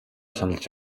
шаналж